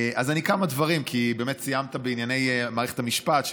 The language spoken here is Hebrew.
כמה דברים, כי סיימת בענייני מערכת המשפט,